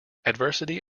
adversity